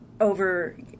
over